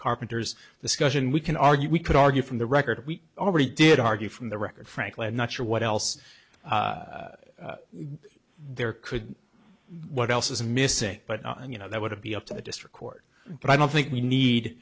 carpenter's the scotian we can argue we could argue from the record we already did argue from the record frankly i'm not sure what else there could what else is missing but you know that would be up to the district court but i don't think we need